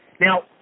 Now